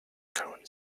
current